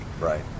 Right